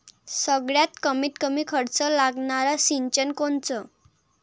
सगळ्यात कमीत कमी खर्च लागनारं सिंचन कोनचं?